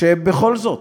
שבכל זאת,